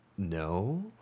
No